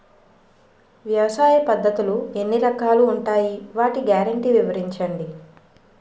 వ్యవసాయ పద్ధతులు ఎన్ని రకాలు ఉంటాయి? వాటి గ్యారంటీ వివరించండి?